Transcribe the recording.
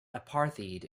apartheid